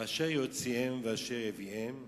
ואשר יוציאם, ואשר יביאם,